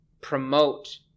promote